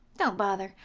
don't bother,